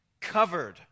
covered